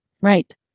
Right